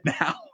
now